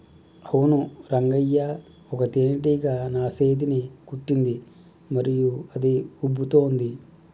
అవును రంగయ్య ఒక తేనేటీగ నా సేతిని కుట్టింది మరియు అది ఉబ్బుతోంది